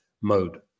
mode